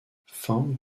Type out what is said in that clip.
feng